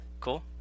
Cool